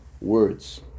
words